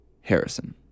Harrison